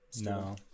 No